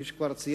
כפי שכבר ציינתי,